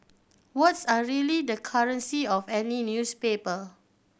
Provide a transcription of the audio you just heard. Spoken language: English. words are really the currency of any newspaper